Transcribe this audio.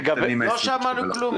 נראה לי לעסקים הקטנים --- לא שמענו כלום.